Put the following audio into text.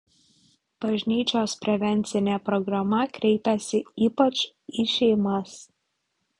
bažnyčios prevencinė programa kreipiasi ypač į šeimas